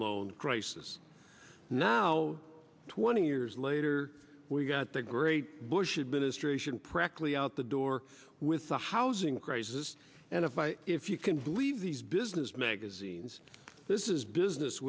loan crisis now twenty years later we got the great bush administration practically out the door with the housing crisis and if i if you can believe these business magazines this is business